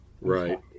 right